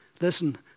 listen